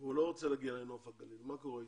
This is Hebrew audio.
והוא לא רוצה להגיע לנוף הגליל, מה קורה אתו?